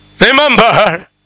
Remember